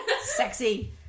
Sexy